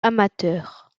amateur